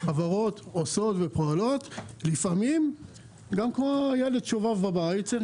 חברות עושות ופועלות ולפעמים כמו ילד שובב בבית צריך